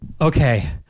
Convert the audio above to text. okay